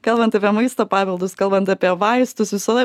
kalbant apie maisto papildus kalbant apie vaistus visada